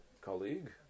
colleague